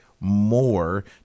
more